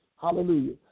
Hallelujah